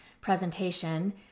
presentation